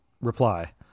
reply